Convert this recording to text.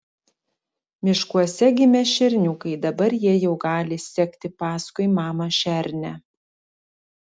miškuose gimė šerniukai dabar jie jau gali sekti paskui mamą šernę